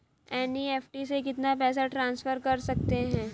NEFT से कितना पैसा ट्रांसफर कर सकते हैं?